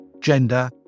gender